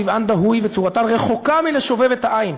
צבען דהוי וצורתן רחוקה מלשובב את העין.